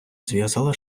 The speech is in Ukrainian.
зв’язала